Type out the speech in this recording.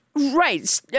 Right